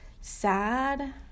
sad